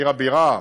עיר הבירה,